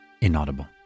Inaudible